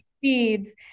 feeds